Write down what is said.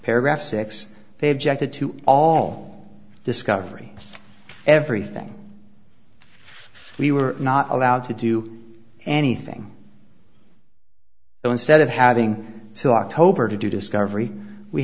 paragraph six they objected to all discovery everything we were not allowed to do anything so instead of having to october to do discovery we